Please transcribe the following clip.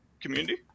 community